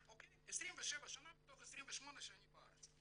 27 שנה מתוך 28 שאני בארץ,